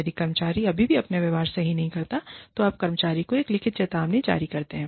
यदि कर्मचारी अभी भी अपने व्यवहार को सही नहीं करता है तो आप कर्मचारी को एक लिखित चेतावनी जारी करते हैं